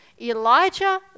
Elijah